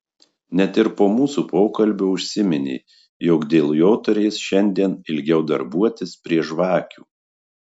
net ir po mūsų pokalbio užsiminė jog dėl jo turės šiandien ilgiau darbuotis prie žvakių